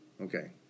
Okay